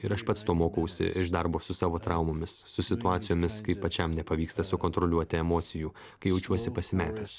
ir aš pats to mokausi iš darbo su savo traumomis su situacijomis kai pačiam nepavyksta sukontroliuoti emocijų kai jaučiuosi pasimetęs